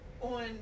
on